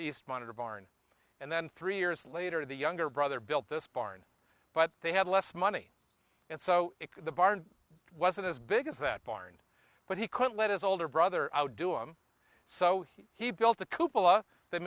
east monitor barn and then three years later the younger brother built this barn but they had less money and so the barn wasn't as big as that barn but he could let his older brother outdo him so he built